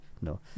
No